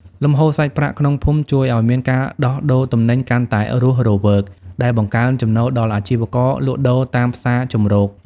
លំហូរសាច់ប្រាក់ក្នុងភូមិជួយឱ្យមានការដោះដូរទំនិញកាន់តែរស់រវើក ដែលបង្កើនចំណូលដល់អាជីវករលក់ដូរតាមផ្សារជម្រក។